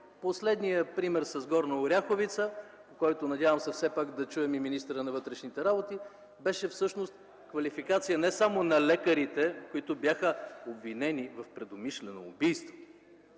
Последният пример е с Горна Оряховица, по който надявам се все пак да чуем и министъра на вътрешните работи, беше всъщност квалификация не само на лекарите, които бяха обвинени в предумишлено убийство,